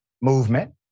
movement